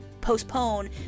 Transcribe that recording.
postpone